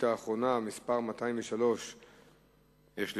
2009): תוצאות